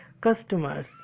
customers